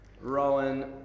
Rowan